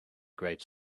great